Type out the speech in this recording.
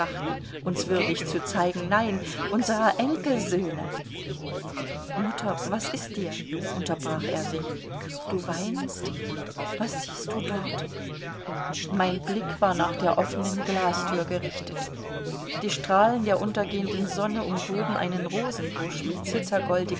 uns würdig zu zeigen nein unserer enkelssöhne mutter was ist dir unterbrach er sich du weinst was siehst du dort mein blick war nach der offenen glasthür gerichtet die strahlen der untergehenden sonne umwoben einen rosenbusch mit